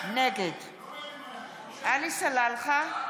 נגד עלי סלאלחה,